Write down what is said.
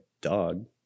dog